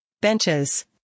benches